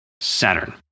Saturn